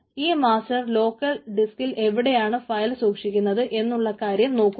ഈ master local ഡിസ്കിൽ എവിടെയാണ് ഫയൽ സൂക്ഷിക്കുന്നത് എന്നുള്ള കാര്യം നോക്കുന്നു